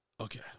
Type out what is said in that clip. okay